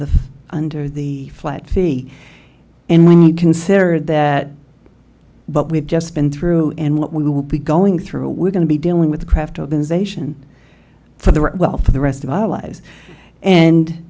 the under the flat fee and when you consider that but we've just been through and what we will be going through we're going to be dealing with the craft organization for the rest well for the rest of our lives and